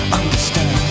understand